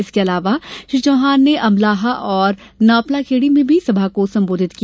इसके अलावा श्री चौहान ने अमलाहा और नापलाखेड़ी सभा को संबोधित किया